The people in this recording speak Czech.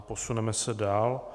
Posuneme se dál.